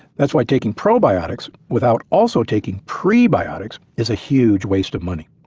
that's why taking probiotics without also taking prebiotics is a huge waste of money.